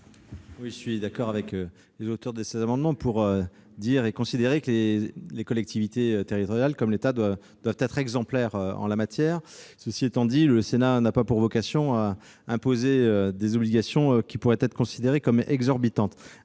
Je suis d'accord avec les auteurs de ces amendements pour considérer que les collectivités territoriales, comme l'État, doivent être exemplaires en la matière. Cela étant, le Sénat n'a pas pour vocation de créer des obligations qui pourraient être considérées comme exorbitantes.